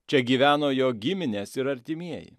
čia gyveno jo giminės ir artimieji